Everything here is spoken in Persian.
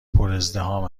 پرازدحام